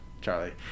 Charlie